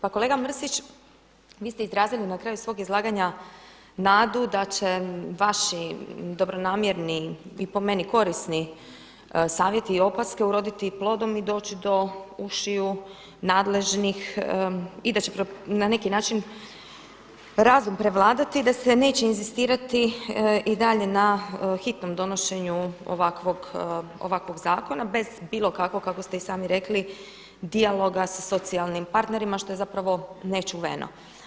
Pa kolega Mrsić, vi ste izrazili na kraju svog izlaganja nadu da će vaši dobronamjerni i po meni korisni savjeti i opaske uroditi plodom i doći do ušiju nadležnih i da će na neki način razum prevladati, da se neće inzistirati i dalje na hitnom donošenju ovakvog zakona, bez bilo kakvog, kako ste i sami rekli, dijaloga sa socijalnim partnerima što je zapravo nečuveno.